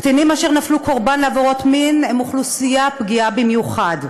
קטינים אשר נפלו קורבן לעבירות מין הם אוכלוסייה פגיעה במיוחד.